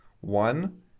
One